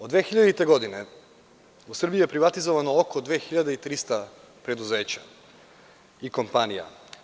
Od 2000. godine u Srbiji je privatizovano oko 2.300 preduzeća i kompanija.